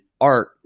art